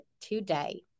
today